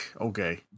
Okay